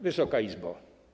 Wysoka Izbo!